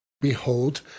behold